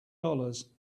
dollars